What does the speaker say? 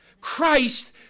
Christ